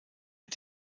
mit